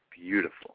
Beautiful